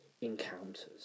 encounters